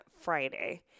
Friday